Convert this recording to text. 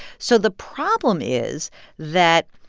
so the problem is that,